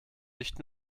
nicht